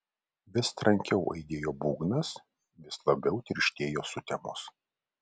vis trankiau aidėjo būgnas vis labiau tirštėjo sutemos